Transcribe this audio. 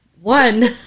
One